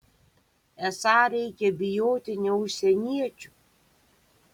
esą reikia bijoti ne užsieniečių